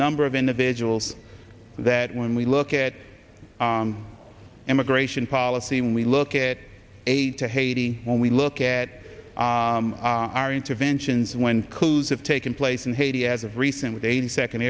number of individuals that when we look at immigration policy when we look at aid to haiti when we look at our interventions when coups have taken place in haiti as of recently the eighty second